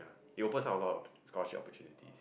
it opens up a lot of scholarship opportunity